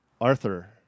Arthur